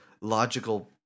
logical